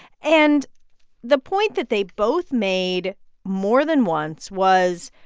and the point that they both made more than once was,